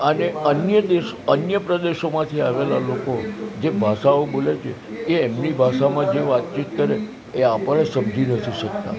અને અન્ય દેશ પ્રદેશોમાંથી આવેલા લોકો જે ભાષાઓ બોલે છે એ એમની ભાષામાં જે વાતચીત કરે એ આપણે સમજી નથી શકતા